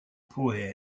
pourrait